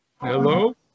Hello